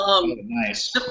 Nice